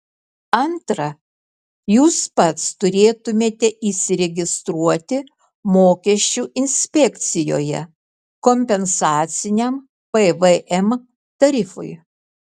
antra jūs pats turėtumėte įsiregistruoti mokesčių inspekcijoje kompensaciniam pvm tarifui